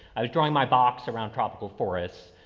i was drawing my box around tropical forests.